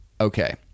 Okay